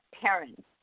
parents